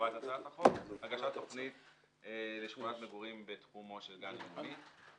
שקובעת הצעת החוק תכנית לשכונת מגורים בתחומו של גן לאומי.